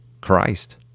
Christ